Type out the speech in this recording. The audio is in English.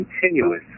continuous